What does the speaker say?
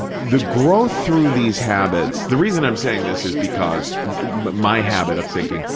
the growth through these habits, the reason i'm saying this is because my habit of thinking,